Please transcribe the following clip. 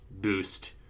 boost